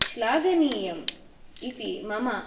श्लाघनीयम् इति मम